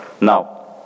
Now